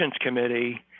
committee